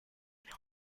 neon